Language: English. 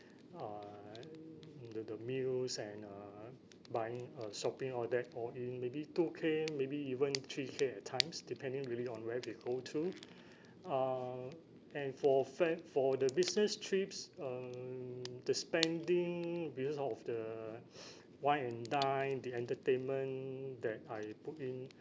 uh the the meals and uh buying uh shopping all that all in maybe two K maybe even three K at times depending really on where we go to um and for fair for the business trips um the spending because o~ of the wine and dine the entertainment that I put in